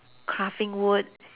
crafting wood